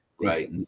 Right